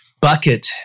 bucket